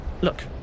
Look